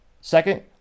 Second